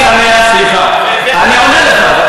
סליחה, אני עונה לך.